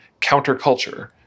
counterculture